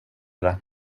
det